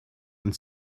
and